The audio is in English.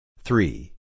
three